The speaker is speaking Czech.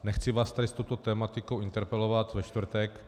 Nechci vás tady s touto tematikou interpelovat ve čtvrtek.